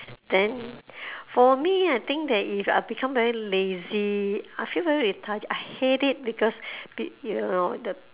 then for me I think there is I become very lazy I feel very lethargic I hate it because it you know the